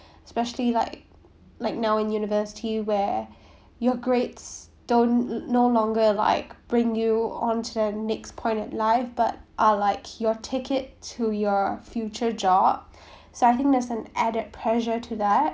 especially like like now in university where your grades don't no longer like bring you onto the next point in life but are like your ticket to your future job starting there’s an added pressure to that